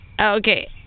Okay